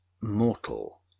mortal